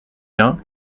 bien